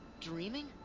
dreaming